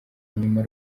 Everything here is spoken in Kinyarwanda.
nyuma